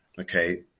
Okay